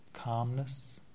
Calmness